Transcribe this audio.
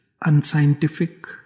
unscientific